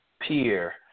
peer